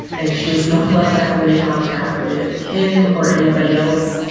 and she was not allowed to have any contact with him or anybody else.